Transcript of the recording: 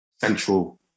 central